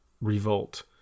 revolt